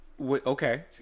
Okay